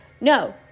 No